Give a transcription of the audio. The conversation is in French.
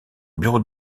bureau